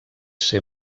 ser